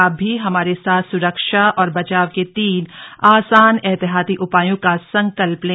आप भी हमारे साथ सुरक्षा और बचाव के तीन आसान एहतियाती उपायों का संकल्प लें